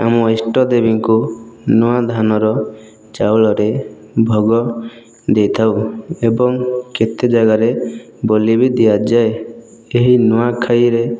ଆମ ଇଷ୍ଟ ଦେବୀଙ୍କୁ ନୂଆ ଧାନର ଚାଉଳରେ ଭୋଗ ଦେଇଥାଉ ଏବଂ କେତେ ଜାଗାରେ ବଳି ବି ଦିଆଯାଏ ଏହି ନୂଆଖାଇରେ